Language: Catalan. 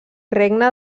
regne